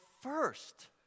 first